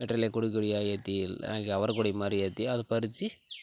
வெற்றிலையை கொடிக் கொடியாக ஏற்றி இல் இங்க அவரை கொடி மாதிரி ஏற்றி அதை பறிச்சு